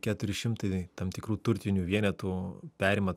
keturi šimtai tam tikrų turtinių vienetų perima